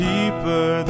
Deeper